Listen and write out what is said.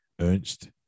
Ernst